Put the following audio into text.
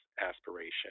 aspiration